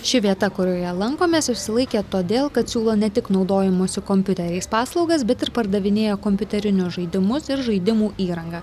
ši vieta kurioje lankomės išsilaikė todėl kad siūlo ne tik naudojimosi kompiuteriais paslaugas bet ir pardavinėja kompiuterinius žaidimus ir žaidimų įrangą